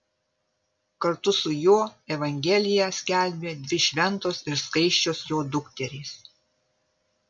kartu su juo evangeliją skelbė dvi šventos ir skaisčios jo dukterys